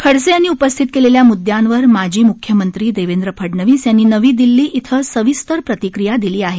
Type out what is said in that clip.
खडसे यांनी उपस्थित केलेल्या मुद्द्यांवर माजी मुख्यमंत्री देवेंद्र फडणवीस यांनी नवी दिल्ली इथं सविस्तर प्रतिक्रिया दिली आहे